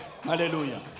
Hallelujah